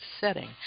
setting